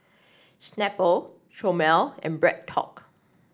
Snapple Chomel and Bread Talk